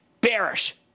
bearish